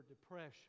depression